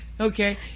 Okay